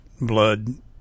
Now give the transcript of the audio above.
blood